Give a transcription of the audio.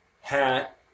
hat